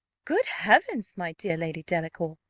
good heavens! my dear lady delacour,